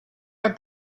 are